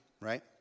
right